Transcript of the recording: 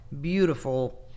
beautiful